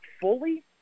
fully